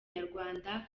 nyarwanda